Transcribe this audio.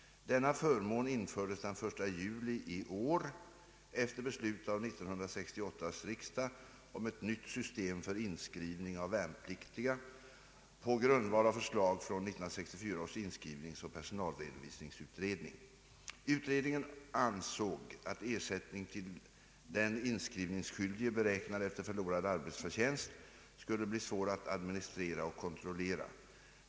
Denna förmån infördes den 1 juli i år efter beslut av 1968 års riksdag om ett nytt system för inskrivning av värnpliktiga på grundval av förslag från 1964 års inskrivningsoch personalredovisningsutredning. Utredningen ansåg att ersättning till den inskrivningsskyldige beräknad efter förlorad arbetsförtjänst skulle bli svår att administrera och kontrollera.